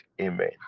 amen